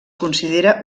considera